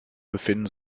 befinden